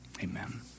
amen